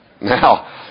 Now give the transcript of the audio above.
Now